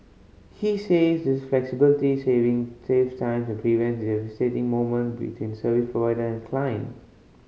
he says this flexibility saving saves time and prevents devastating moment between service provider and client